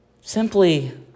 simply